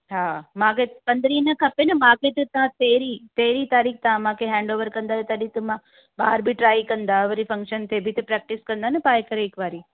हा मांखे पंद्रहीं न खपे न मांखे त तव्हां तेरहीं तेरहीं तारीख़ तव्हां मांखे हैण्ड ओवर कंदव तॾहिं त मां ॿार बि ट्राए कंदा वरी फंक्शन ते बि त प्रैक्टिस कंदा न पाए करे हिकु बारी